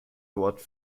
dort